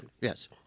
Yes